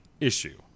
issue